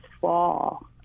fall